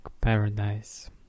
paradise